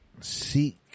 seek